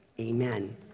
Amen